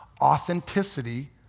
Authenticity